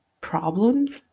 problems